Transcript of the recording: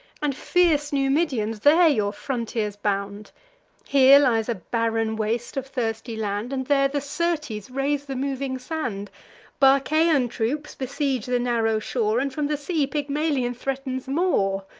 and fierce numidians there your frontiers bound here lies a barren waste of thirsty land, and there the syrtes raise the moving sand barcaean troops besiege the narrow shore, and from the sea pygmalion threatens more.